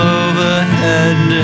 overhead